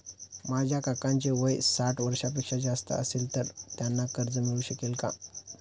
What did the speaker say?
माझ्या काकांचे वय साठ वर्षांपेक्षा जास्त असेल तर त्यांना कर्ज मिळू शकेल का?